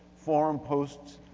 forum posts,